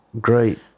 great